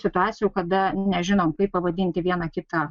situacijų kada nežinom kaip pavadinti vieną kitą